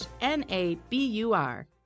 N-A-B-U-R